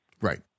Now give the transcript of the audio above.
Right